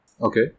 Okay